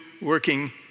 working